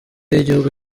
y’igihugu